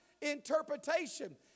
interpretation